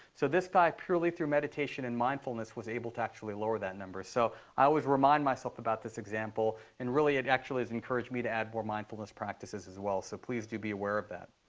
so this guy, purely through meditation and mindfulness, was able to actually lower that number. so i always remind myself about this example. and really it actually has encouraged me to add more mindfulness practices as well. so, please, do be aware of that.